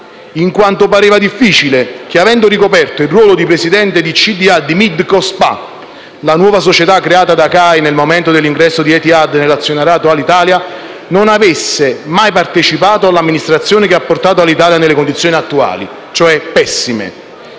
in quanto pareva difficile che, avendo ricoperto il ruolo di presidente del consiglio di amministrazione di Midco SpA (la nuova società creata da CAI nel momento dell'ingresso di Etihad nell'azionariato Alitalia), non avesse mai partecipato all'amministrazione che ha portato Alitalia nelle condizioni attuali, cioè pessime.